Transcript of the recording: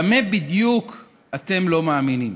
במה בדיוק אתם לא מאמינים?